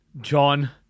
John